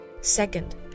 Second